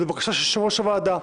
זאת בקשה של יושב ראש הוועדה.